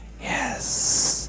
yes